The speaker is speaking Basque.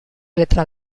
letra